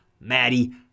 Maddie